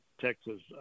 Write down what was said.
texas